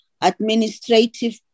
administrative